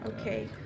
Okay